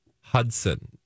Hudson